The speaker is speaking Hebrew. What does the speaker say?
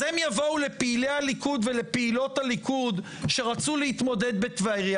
אז הם יבואו לפעילי הליכוד ולפעילות הליכוד שרצו להתמודד בטבריה